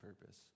purpose